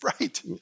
right